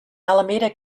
alameda